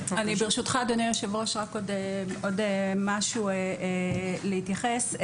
ברשותך אדוני היושב-ראש, רק עוד משהו להתייחס.